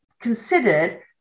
considered